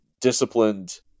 disciplined